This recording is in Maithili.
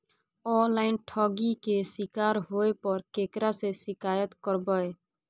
ऑनलाइन ठगी के शिकार होय पर केकरा से शिकायत करबै?